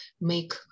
make